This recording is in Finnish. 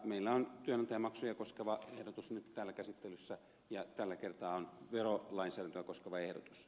meillä on työnantajamaksuja koskeva ehdotus nyt täällä käsittelyssä ja tällä kertaa on verolainsäädäntöä koskeva ehdotus